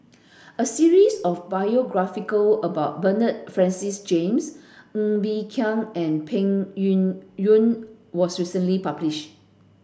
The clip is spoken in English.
a series of biographical about Bernard Francis James Ng Bee Kia and Peng Yuyun was recently publish